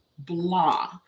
Blah